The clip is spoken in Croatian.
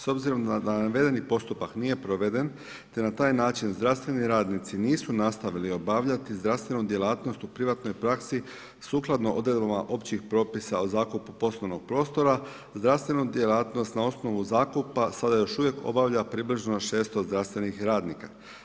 S obzirom da navedeni postupak nije proveden te na taj način zdravstveni radnici nisu nastavili obavljati zdravstvenu djelatnost u privatnoj praksi, sukladno odredbama općih propisa o zakupu poslovnog prostora zdravstvena djelatnost na osnovu zakupa sada još uvijek obavlja približno 600 zdravstvenih radnika.